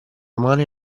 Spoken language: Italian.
umane